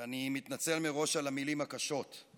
ואני מתנצל מראש על המילים הקשות,